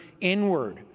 inward